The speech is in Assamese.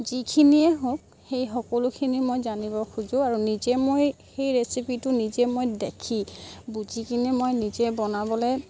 যিখিনিয়ে হওক সেই সকলোখিনি মই জানিব খোজোঁ আৰু নিজে মই সেই ৰেচিপিটো নিজে মই দেখি বুজি কিনে মই নিজে বনাবলৈ